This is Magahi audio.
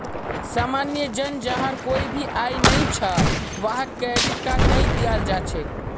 सामान्य जन जहार कोई भी आय नइ छ वहाक क्रेडिट कार्ड नइ दियाल जा छेक